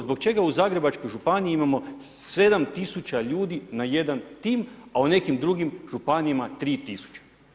Zbog čega u Zagrebačkoj županiji imamo 7 tisuća ljudi na jedan tim, a u nekim drugim županijama 3 tisuće?